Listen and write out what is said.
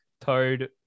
Toad